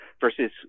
versus